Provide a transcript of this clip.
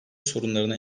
sorunları